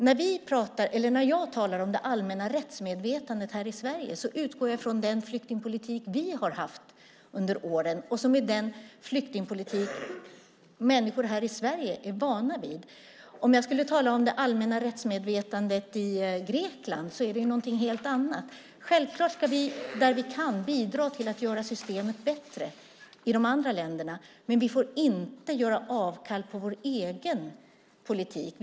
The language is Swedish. När jag talar om det allmänna rättsmedvetandet här i Sverige utgår jag ifrån den flyktingpolitik som vi har haft under åren som är den flyktingpolitik människor här i Sverige är vana vid. Om jag skulle tala om det allmänna rättsmedvetandet i Grekland är det ju något helt annat. Vi ska självklart, där vi kan, bidra till att göra systemet bättre i de andra länderna, men vi får inte göra avkall på vår egen politik.